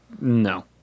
No